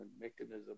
mechanism